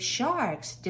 Sharks